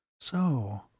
So